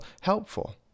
helpful